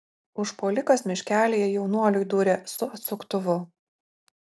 užpuolikas miškelyje jaunuoliui dūrė su atsuktuvu